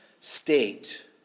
state